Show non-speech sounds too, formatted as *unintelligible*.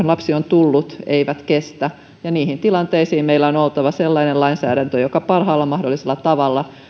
*unintelligible* lapsi on tullut ei kestä ja niihin tilanteisiin meillä on oltava sellainen lainsäädäntö joka parhaalla mahdollisella tavalla